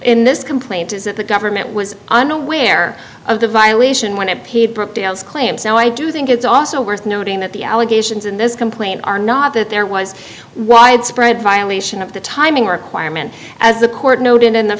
in this complaint is that the government was unaware of the violation when i paid claims so i do think it's also worth noting that the allegations in this complaint are not that there was widespread violation of the timing requirement as the court noted in the